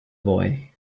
boy